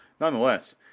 Nonetheless